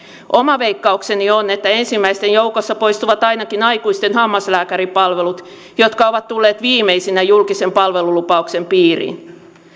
oma veikkaukseni on että ensimmäisten joukossa poistuvat ainakin aikuisten hammaslääkäripalvelut jotka ovat tulleet viimeisinä julkisen palvelulupauksen piiriin